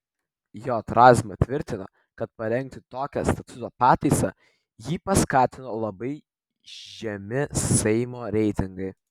j razma tvirtina kad parengti tokią statuto pataisą jį paskatino labai žemi seimo reitingai